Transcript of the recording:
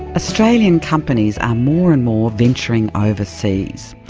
australian companies are more and more venturing overseas,